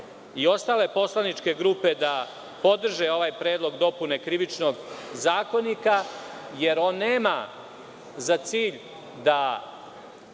i ostale poslaničke grupe da podrže ovaj predlog dopune Krivičnog zakonika, jer on nema za cilj da